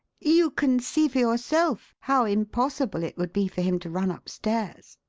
you can see for yourself how impossible it would be for him to run upstairs.